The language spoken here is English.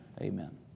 Amen